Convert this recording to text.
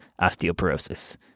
osteoporosis